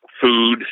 food